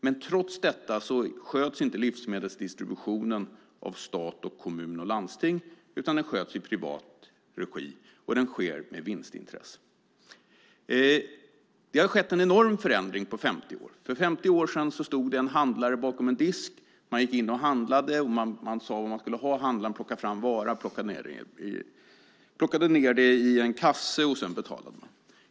Men livsmedelsdistributionen sköts inte av stat, kommun och landsting utan i privat regi med vinstintresse. Det har skett en enorm förändring på 50 år. För 50 år sedan stod en handlare bakom en disk. Man sade vad man skulle ha till handlaren, han plockade ned varorna i en påse och man betalade.